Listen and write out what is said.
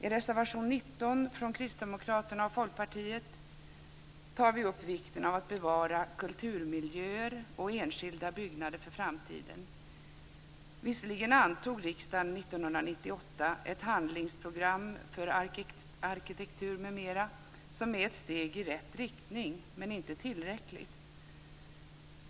I reservation 19 från Kristdemokraterna och Folkpartiet tar vi upp vikten av att bevara kulturmiljöer och enskilda byggnader för framtiden. Visserligen antog riksdagen 1998 ett handlingsprogram för arkitektur m.m. som är ett steg i rätt riktning, men det är inte tillräckligt.